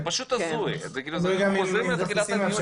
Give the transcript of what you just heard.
זה פשוט הזוי, אנחנו חוזרים לתחילת הדיון.